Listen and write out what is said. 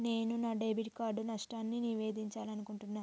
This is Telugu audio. నేను నా డెబిట్ కార్డ్ నష్టాన్ని నివేదించాలనుకుంటున్నా